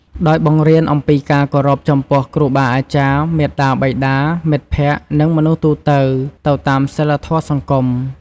ដោយបង្រៀនអំពីការគោរពចំពោះគ្រូបាអាចារ្យ មាតាបិតា មិត្តភក្តិ និងមនុស្សទូទៅ ទៅតាមសីលធម៌សង្គម។